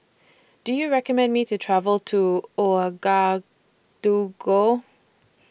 Do YOU recommend Me to travel to Ouagadougou